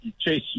chase